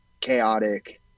chaotic